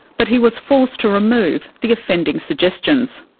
but he was forced to remove the offending suggestions.